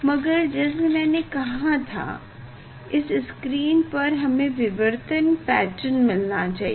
मगर जैसा मैने कहा था इस स्क्रीन पर हमें विवर्तन पैटर्न मिलना चाहिए